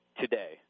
today